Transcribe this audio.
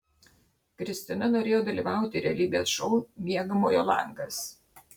kristina norėjo dalyvauti realybės šou miegamojo langas